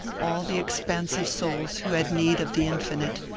all the expansive souls who had need of the infinite,